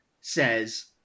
says